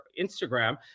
Instagram